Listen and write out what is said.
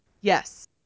Yes